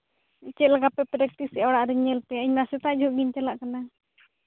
ᱪᱮᱫ ᱞᱮᱠᱟ ᱯᱮ ᱯᱨᱮᱠᱴᱤᱥᱮᱜᱼᱟ ᱚᱲᱟᱜ ᱨᱤᱧ ᱧᱮᱞ ᱯᱮᱭᱟ ᱤᱧ ᱢᱟ ᱥᱮᱛᱟᱜ ᱧᱚᱜ ᱜᱮᱧ ᱪᱟᱞᱟᱜ ᱠᱟᱱᱟ